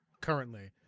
currently